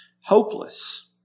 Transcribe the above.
Hopeless